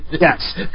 Yes